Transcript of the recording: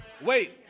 Wait